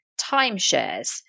timeshares